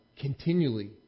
continually